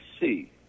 see